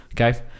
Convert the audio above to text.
Okay